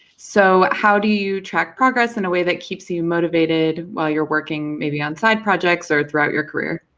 so how do you track progress in a way that keeps you moat serrated while you're working maybe on side projects, or throughout your career?